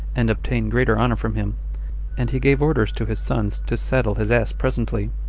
and obtain greater honor from him and he gave orders to his sons to saddle his ass presently,